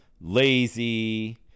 lazy